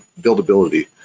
buildability